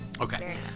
Okay